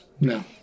No